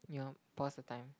you want pause the time